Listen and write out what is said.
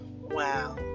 wow